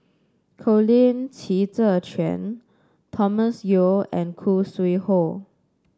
Colin Qi Zhe Quan Thomas Yeo and Khoo Sui Hoe